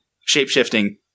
shape-shifting